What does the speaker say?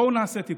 בואו נעשה תיקון.